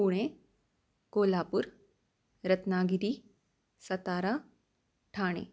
Pune Kolhapur Ratnagiri Satara Thane